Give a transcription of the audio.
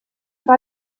war